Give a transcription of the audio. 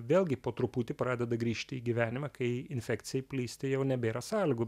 vėlgi po truputį pradeda grįžti į gyvenimą kai infekcijai plisti jau nebėra sąlygų